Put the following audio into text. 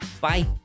bye